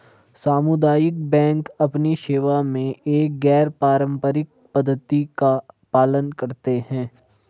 सामुदायिक बैंक अपनी सेवा में एक गैर पारंपरिक पद्धति का पालन करते हैं